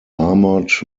armored